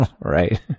right